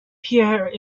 pierre